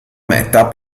meta